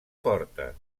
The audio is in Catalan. porta